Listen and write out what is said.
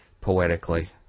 poetically